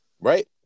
Right